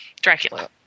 Dracula